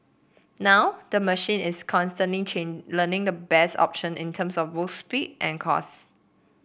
now the machine is constantly change learning the best option in terms of both speed and cost